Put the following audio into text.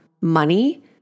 money